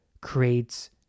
creates